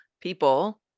people